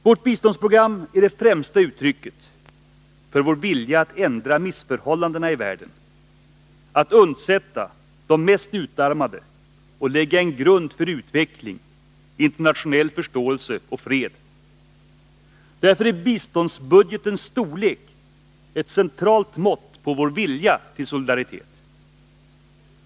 Vårt biståndsprogram är det främsta uttrycket för vår vilja att ändra missförhållandena i världen, att undsätta de mest utarmade och lägga en grund för utveckling, internationell förståelse och fred. Därför är biståndsbudgetens storlek ett centralt mått på vår vilja till solidaritet.